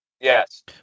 Yes